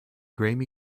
graeme